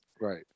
right